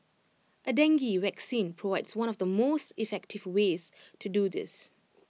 A dengue vaccine provides one of the most effective ways to do this